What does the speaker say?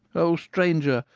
o stranger,